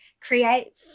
create